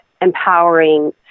empowering